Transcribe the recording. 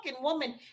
woman